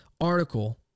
article